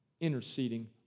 interceding